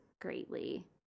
greatly